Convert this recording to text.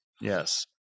yes